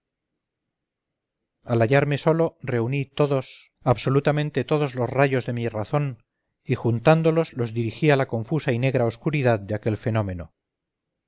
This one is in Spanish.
hallarme solo reuní todos absolutamente todos los rayos de mi razón y juntándolos los dirigí a la confusa y negra oscuridad de aquel fenómeno